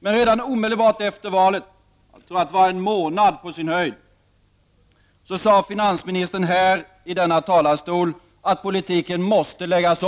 Men omedelbart efter valet — jag tror att det på sin höjd var en månad efter — sade finansministern här, i denna talarstol, att politiken måste läggas